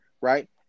right